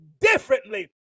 differently